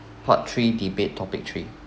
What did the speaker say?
part three debate topic three